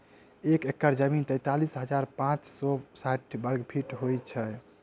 एक एकड़ जमीन तैँतालिस हजार पाँच सौ साठि वर्गफीट होइ छै